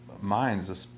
minds